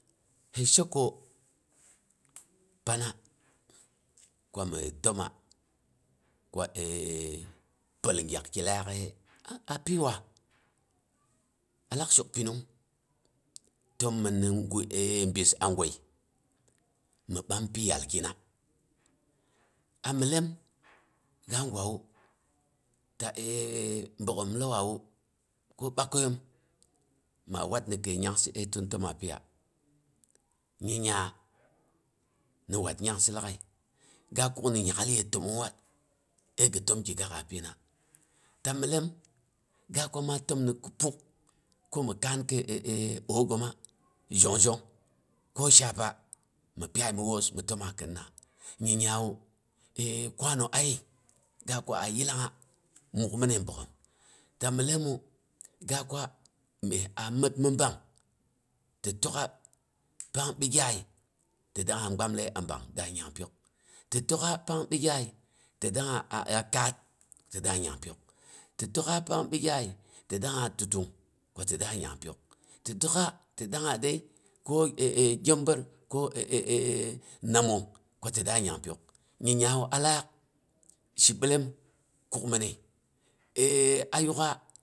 Hi sheko, pana, ku mhi timma ko pəal gyakg ki laaghe? A a pi wa alak shok pəallong timi ni gwai a bis a gwai mhi ɓampi tal kinna, a myellen ga gwawu, ta bogghom lauwawu ko ɓakaiyom ma wat ni kai nyangsi ai tim timma piya nyi ya, ni wat nyangsi laaghai ga kuk ni nyaal yi timmong wad ai ghi tim kigakha pina. Ta myellem ga kwa ma tim ni puk ko mi kaan kai ooh ghomma jong jong ko shafa mi piyaya mi woos mhi timma khinna, nyiyawu a kwano ayey ga kwaha a yillangha mukminal bogghom ta myellomu ga kwa meh a məat mi bang. ti tokha pang bigyay ti daangha gbamlai a bang da nyangpiyok. Ti tokha pang bigyayi ti daangha a a kaat ti da nyang piyok, ti tokha pang bigyayi ti daangha tuttung ku ti da nyang piyok. Ti tokah ti dangah dai ko byongbod ko namong ku ti da nyampiyok. Nyi ya wu a lak shi ɓellen kuk minai a yuƙa.